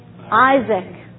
Isaac